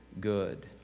good